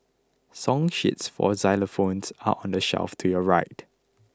song sheets for xylophones are on the shelf to your right